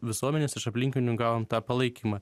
visuomenės iš aplinkinių gavom tą palaikymą